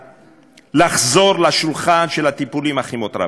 לחזור לשולחן של הטיפולים הכימותרפיים.